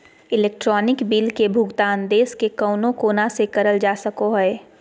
electronic bill के भुगतान देश के कउनो कोना से करल जा सको हय